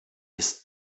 his